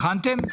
בחנתם?